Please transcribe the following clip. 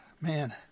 Man